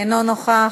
אינו נוכח,